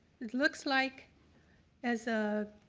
it looks like as a,